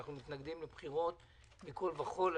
אנחנו מתנגדים לבחירות מכול וכול,